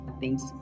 Thanks